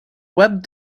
web